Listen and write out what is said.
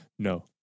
no